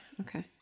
Okay